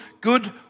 good